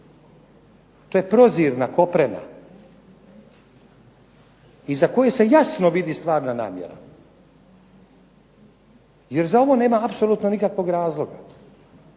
To je prozirna koprena iza koje se jasno vidi stvarna namjera. Jer za ovo nema apsolutno nikakvog razloga.